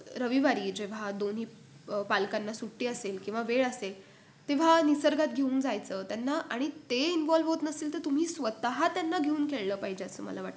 रविवारी जेव्हा दोन्ही पालकांना सुट्टी असेल किंवा वेळ असेल तेव्हा निसर्गात घेऊन जायचं त्यांना आणि ते इन्वॉल्व होत नसेल तर तुम्ही स्वतः त्यांना घेऊन खेळलं पाहिजे असं मला वाटतं